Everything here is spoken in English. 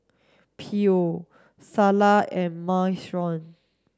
Pho Salsa and Minestrone